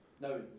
No